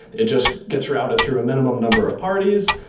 it just gets routed through a minimum number of parties.